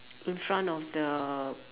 in front of the